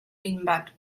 minvat